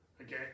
Okay